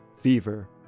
fever